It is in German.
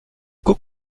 guck